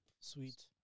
Sweet